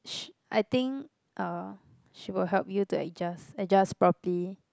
sh~ I think uh she will help you to adjust adjust properly